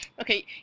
Okay